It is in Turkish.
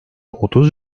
otuz